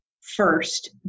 first